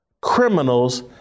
Criminals